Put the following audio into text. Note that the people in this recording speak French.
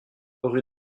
rue